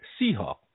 Seahawk